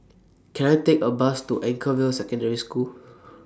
Can I Take A Bus to Anchorvale Secondary School